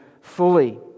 fully